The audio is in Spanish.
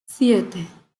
siete